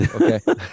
Okay